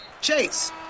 Chase